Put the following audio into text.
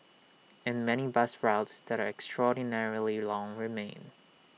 and many bus routes that are extraordinarily long remain